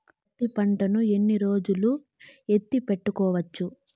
పత్తి పంటను ఎన్ని రోజులు ఎత్తి పెట్టుకోవచ్చు?